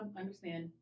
understand